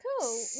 Cool